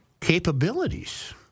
capabilities